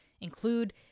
include